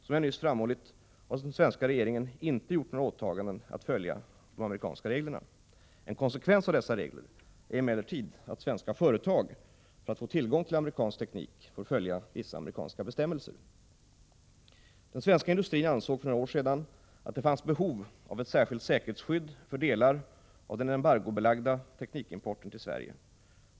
Som jag nyss framhållit har den svenska regeringen inte gjort några åtaganden att följa de amerikanska reglerna. En konsekvens av dessa regler är emellertid att svenska företag för att få tillgång till amerikansk teknik får följa vissa amerikanska bestämmelser. Den svenska industrin ansåg för några år sedan att det fanns behov av ett särskilt säkerhetsskydd för delar av den embargobelagda teknikimporten till Sverige.